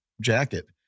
jacket